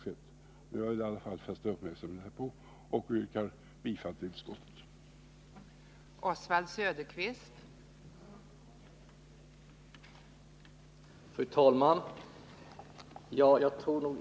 Jag har i alla fall velat fästa uppmärksamheten härpå och yrkar bifall till utskottets hemställan.